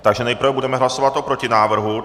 Takže nejprve budeme hlasovat o protinávrhu.